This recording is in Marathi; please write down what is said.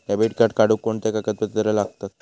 डेबिट कार्ड काढुक कोणते कागदपत्र लागतत?